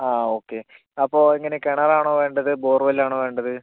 ആ ഓക്കെ അപ്പോൾ എങ്ങനെയാണ് കിണറാണോ വേണ്ടത് ബോർവെല്ലാണോ വേണ്ടത്